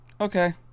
Okay